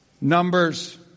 Numbers